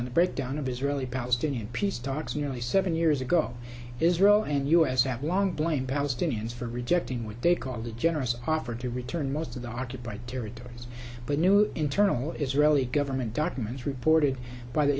on the breakdown of israeli palestinian peace talks nearly seven years ago israel and us have long blamed palestinians for rejecting what they called a generous offer to return most of the occupied territories but new internal israeli government documents reported by the